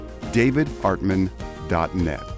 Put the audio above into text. davidartman.net